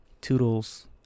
Toodles